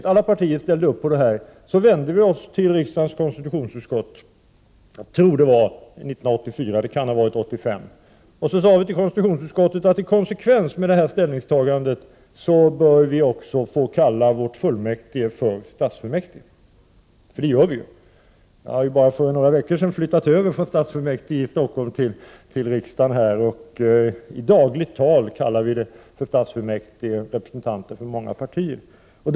Alla partier ställde upp på det här, och vi vände oss till riksdagens konstitutionsutskott — det var 1984 eller 1985 — och sade: I konsekvens med det här ställningstagandet bör vi också få kalla vårt fullmäktige för stadsfullmäktige. Det gör vi. Jag har ju för bara några veckor sedan flyttat över från stadsfullmäktige i Stockholm till riksdagen, och det är många representanter för olika partier som i dagligt tal använder beteckningen stadsfullmäktige.